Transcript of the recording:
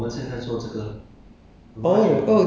这个 dance 这个 ah 这个 ah